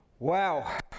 Wow